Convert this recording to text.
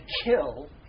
kill